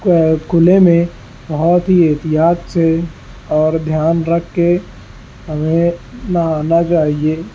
کھلے میں بہت ہی احتیاط سے اور دھیان رکھ کے ہمیں نہانا چاہیے